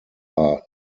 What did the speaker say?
are